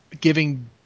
giving